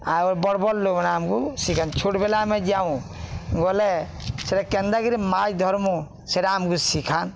ଆଉ ବଡ଼ ବଡ଼ ଲୋକମାନେ ଆମକୁ ଶିଖାନ୍ତି ଛୋଟବେଲେ ଆମେ ଯାଉଁ ଗଲେ ସେଟା କେନ୍ତାକିରି ମାଛ୍ ଧର୍ମୁଁ ସେଟା ଆମକୁ ଶିଖା